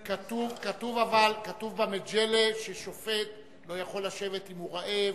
אבל כתוב במג'לה ששופט לא יכול לשבת אם הוא רעב,